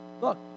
Look